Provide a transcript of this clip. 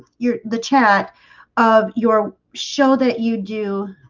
your the chat of your show that you do